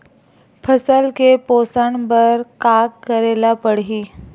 फसल के पोषण बर का करेला पढ़ही?